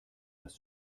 das